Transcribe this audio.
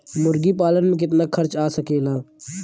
मुर्गी पालन में कितना खर्च आ सकेला?